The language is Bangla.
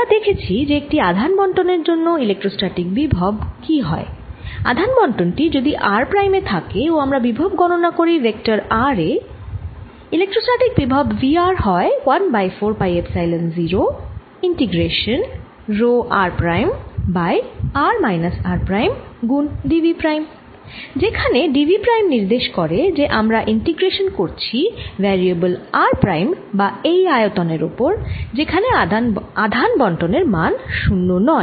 আমরা দেখেছি যে একটি আধান বন্টনের জন্য ইলেক্ট্রোস্ট্যাটিক বিভব কি হয় আধান বন্টন টি যদি r প্রাইমে থাকে ও আমরা বিভব গণনা করি ভেক্টর r এ ইলেক্ট্রোস্ট্যাটিক বিভব V r হয় 1 by 4 pi epsilon 0 integration rho r prime by r minus r prime গুণ d v প্রাইম যেখানে d v প্রাইম নির্দেশ করে যে আমরা ইন্টিগ্রেশান করছি ভ্যারিয়েবল r প্রাইম বা এই আয়তনের ওপর যেখানে আধান বন্টন এর মান শুন্য নয়